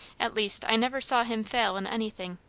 at least, i never saw him fail in anything.